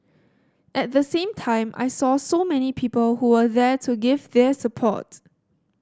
at the same time I saw so many people who were there to give their support